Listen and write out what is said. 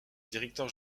directeur